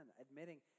admitting